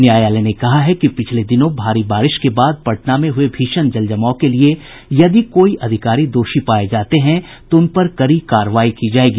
न्यायालय ने कहा है कि पिछले दिनों भारी बारिश के बाद पटना में हये भीषण जल जमाव के लिए यदि कोई अधिकारी दोषी पाये जाते हैं तो उनपर कड़ी कार्रवाई की जायेगी